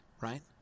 right